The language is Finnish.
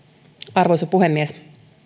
arvoisa puhemies